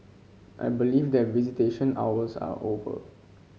I believe that visitation hours are over